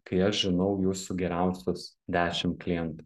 kai aš žinau jūsų geriausius dešim klientų